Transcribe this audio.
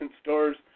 stores